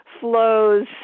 flows